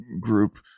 group